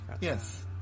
Yes